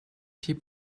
tea